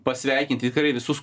pasveikinti tikrai visus